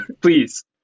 please